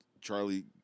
Charlie